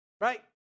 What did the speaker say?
right